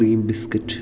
cream biscuit